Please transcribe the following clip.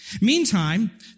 Meantime